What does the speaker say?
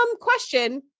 question